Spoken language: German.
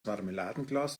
marmeladenglas